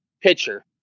pitcher